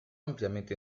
ampliamente